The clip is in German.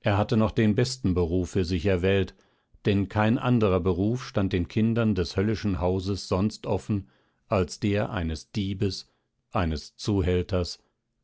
er hatte noch den besten beruf für sich erwählt denn kein anderer beruf stand den kindern des höllischen hauses sonst offen als der eines diebes eines zuhälters